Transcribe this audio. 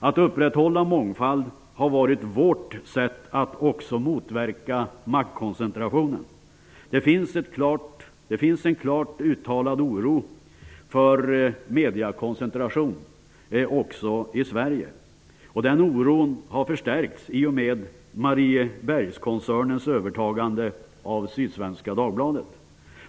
Att upprätthålla mångfald har varit vårt sätt att också motverka maktkoncentrationen. Det finns en klart uttalad oro för mediekoncentration också i Sverige. Den oron har förstärkts i och med Dagbladet.